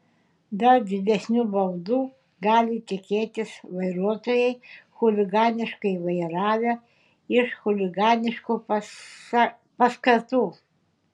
dar didesnių baudų gali tikėtis vairuotojai chuliganiškai vairavę iš chuliganiškų paskatų